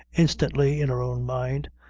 instantly, in her own mind,